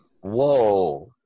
Whoa